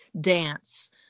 dance